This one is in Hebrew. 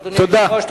אדוני היושב-ראש.